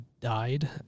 died